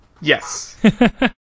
Yes